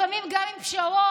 לפעמים גם עם פשרות,